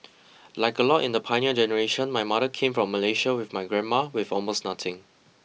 like a lot in the pioneer generation my mother came from Malaysia with my grandma with almost nothing